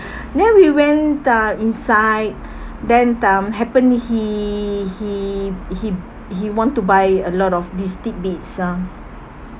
then we went uh inside then um happen he he he he he want to buy a lot of these tidbits um